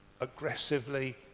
aggressively